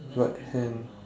right hand